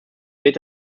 wird